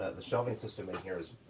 the shelving system in here is,